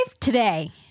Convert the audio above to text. today